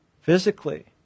physically